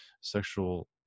sexual